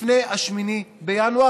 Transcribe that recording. לפני 8 בינואר.